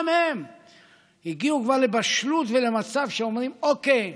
גם הם הגיעו כבר לבשלות ולמצב שאומרים: אוקיי,